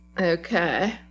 Okay